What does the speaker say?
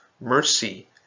mercy